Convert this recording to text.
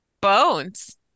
Bones